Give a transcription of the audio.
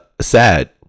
sad